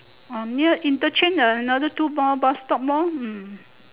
ah near interchange another two more bus stop more hmm